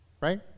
Right